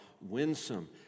winsome